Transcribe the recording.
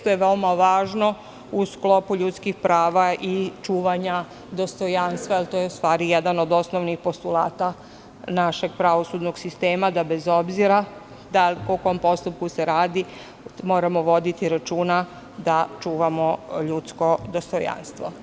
To je veoma važno u sklopu ljudskih prava i čuvanja dostojanstva, jer to je u stvari jedan od osnovnih postulata našeg pravosudnog sistema, da bez obzira o kom postupku se radi moramo voditi računa da čuvamo ljudsko dostojanstvo.